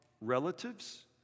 relatives